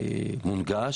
מונגש.